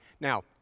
Now